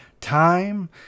time